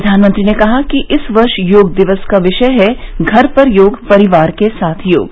प्रधानमंत्री ने कहा कि इस वर्ष योग दिवस का विषय है घर पर योग परिवार के साथ योग